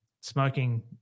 Smoking